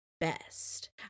best